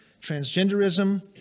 transgenderism